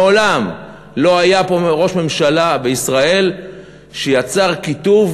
מעולם לא היה פה ראש ממשלה בישראל שיצר קיטוב